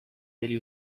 degli